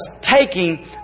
taking